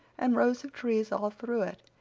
and rows of trees all through it,